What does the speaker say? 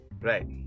Right